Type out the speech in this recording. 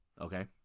Okay